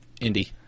Indy